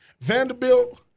Vanderbilt